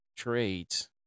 Trades